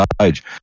age